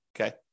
okay